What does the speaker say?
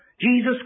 Jesus